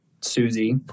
Susie